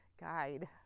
guide